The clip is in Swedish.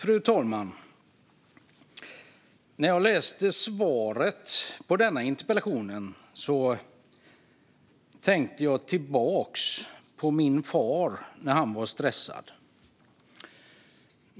Fru talman! När jag hörde interpellationssvaret tänkte jag tillbaka på min far när han var stressad.